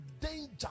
danger